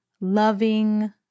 loving